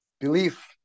belief